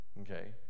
okay